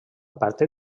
partir